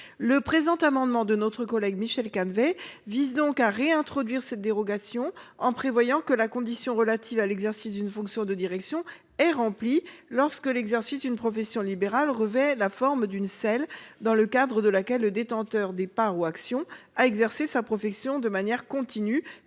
Le présent amendement de Michel Canévet vise à réintroduire cette dérogation, en prévoyant que la condition relative à l’exercice d’une fonction de direction est remplie lorsque l’exercice d’une profession libérale revêt la forme d’une SEL dans le cadre de laquelle le détenteur des parts ou actions a exercé sa profession de manière continue